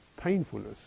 painfulness